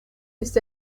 ist